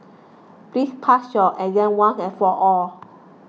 please pass your exam once and for all